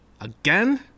Again